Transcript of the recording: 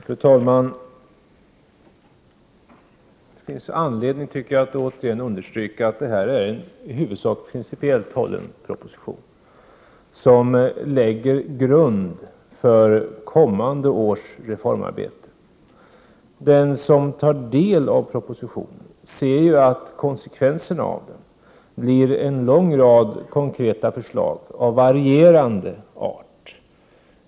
Fru talman! Det finns anledning att återigen understryka att detta är en i huvudsak principiellt hållen proposition, där grunden läggs för kommande års reformarbete. Den som tar del av propositionen ser ju att konsekvenserna av den blir en lång rad konkreta förslag av varierande art.